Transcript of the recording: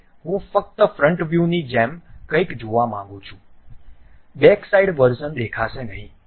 હવે હું ફક્ત ફ્રન્ટ વ્યૂની જેમ કંઈક જોવા માંગું છું બેકસાઇડ વર્ઝન દેખાશે નહીં